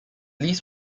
least